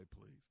please